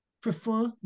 prefer